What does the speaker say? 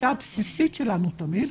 ההנחיה הבסיסית שלנו תמיד,